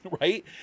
right